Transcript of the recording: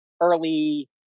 early